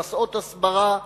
מסעות הסברה,